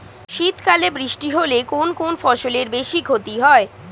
শীত কালে বৃষ্টি হলে কোন কোন ফসলের বেশি ক্ষতি হয়?